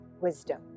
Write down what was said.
wisdom